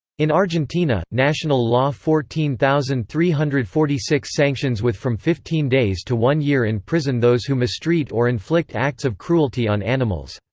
in argentina, national law fourteen thousand three hundred and forty six sanctions with from fifteen days to one year in prison those who mistreat or inflict acts of cruelty on animals.